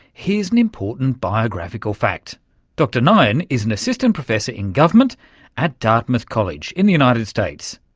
here's an important biographical fact dr nyhan is an assistant professor in government at dartmouth college in the united states.